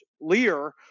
Lear